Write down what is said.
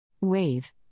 Wave